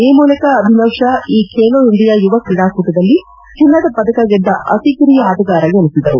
ಈ ಮೂಲಕ ಅಭಿನವ್ ಶಾ ಈ ಖೇಲೋ ಇಂಡಿಯಾ ಯುವ ಕ್ರೀಡಾಕೂಟದಲ್ಲಿ ಚಿನ್ನದ ಪದಕ ಗೆದ್ದ ಅತಿ ಕಿರಿಯ ಆಟಗಾರ ಎನಿಸಿದರು